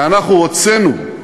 אנחנו הוצאנו,